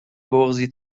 بغضی